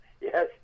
Yes